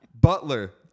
Butler